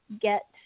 get